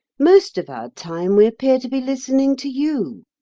most of our time we appear to be listening to you.